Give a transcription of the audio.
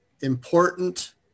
important